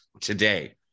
today